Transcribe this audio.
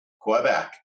Quebec